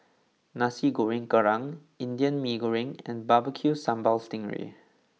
Nasi Goreng Kerang Indian Mee Goreng and Barbecue Sambal Sting Ray